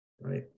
right